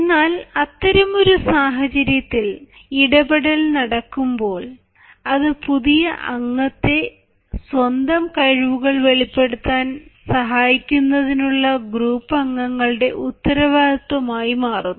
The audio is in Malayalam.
എന്നാൽ അത്തരമൊരു സാഹചര്യത്തിൽ ഇടപെടൽ നടക്കുമ്പോൾ അത് പുതിയ അംഗത്തെ സ്വന്തം കഴിവുകൾ വെളിപ്പെടുത്താൻ സഹായിക്കുന്നതിനുള്ള ഗ്രൂപ്പ് അംഗങ്ങളുടെ ഉത്തരവാദിത്തം ആയി മാറുന്നു